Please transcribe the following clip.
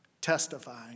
testifying